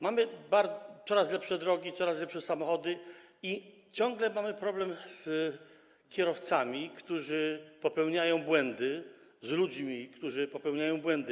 Mamy coraz lepsze drogi, coraz lepsze samochody i ciągle mamy problem z kierowcami, którzy popełniają błędy, z ludźmi, którzy popełniają błędy.